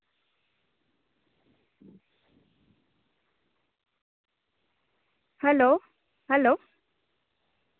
hello hello